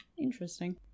Interesting